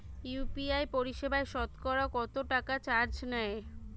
UPI পরিসেবায় সতকরা কতটাকা চার্জ নেয়?